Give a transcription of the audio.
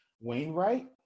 Wainwright